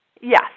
Yes